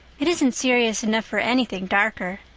it isn't serious enough for anything darker.